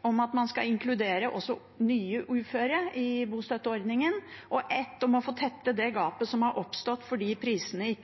om at man også skal inkludere nye uføre i bostøtteordningen, og ett om å få tettet det gapet som har oppstått fordi